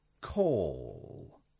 Call